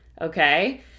okay